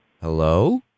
Hello